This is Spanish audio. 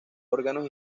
órganos